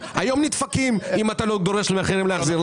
והיום נדפקים אם אתה לא דורש מאחרים להחזיר.